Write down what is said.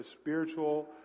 spiritual